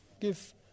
give